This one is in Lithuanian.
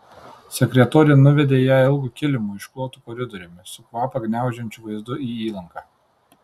sekretorė nuvedė ją ilgu kilimu išklotu koridoriumi su kvapą gniaužiančiu vaizdu į įlanką